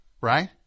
Right